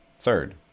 Third